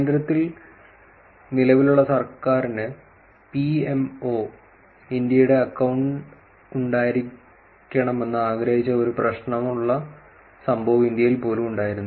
കേന്ദ്രത്തിൽ നിലവിലുള്ള സർക്കാരിന് പിഎംഒ ഇന്ത്യയുടെ അക്കൌണ്ട് ഉണ്ടായിരിക്കണമെന്ന് ആഗ്രഹിച്ച ഒരു പ്രശ്നമുള്ള സംഭവം ഇന്ത്യയിൽ പോലും ഉണ്ടായിരുന്നു